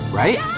right